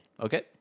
okay